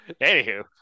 Anywho